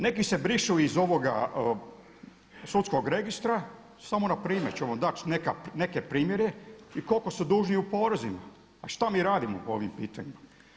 Neki se brišu iz ovoga sudskog registra, samo na primjer ću vam dati neke primjere i koliko su dužni u porezima, a što mi radimo po ovim pitanjima?